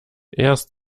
erst